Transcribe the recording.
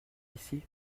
ici